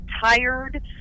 tired